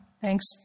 Thanks